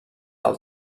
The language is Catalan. del